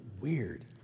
weird